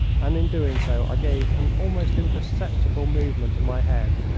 and in doing so i gave an almost imperceptible movement of my head.